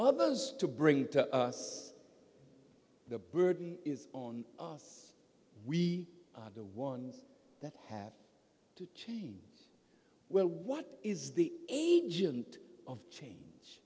others to bring to us the burden is on us we are the ones that have to change well what is the agent of change